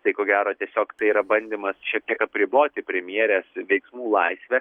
tai ko gero tiesiog tai yra bandymas šiek tiek apriboti premjerės veiksmų laisvę